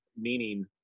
meaning